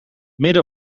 midden